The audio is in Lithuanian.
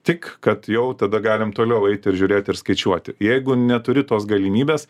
tik kad jau tada galim toliau eiti ir žiūrėt ir skaičiuoti jeigu neturi tos galimybės